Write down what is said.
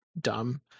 dumb